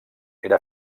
era